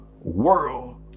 world